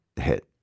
hit